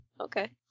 Okay